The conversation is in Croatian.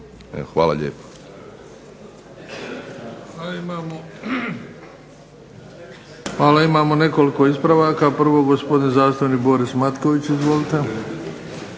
Hvala lijepo.